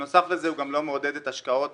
בנוסף לזה הוא גם לא מעודד את השקעות